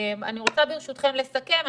אני רוצה, ברשותכם, לסכם.